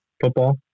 football